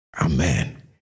Amen